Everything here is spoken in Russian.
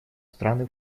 страны